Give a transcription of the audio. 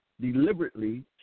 deliberately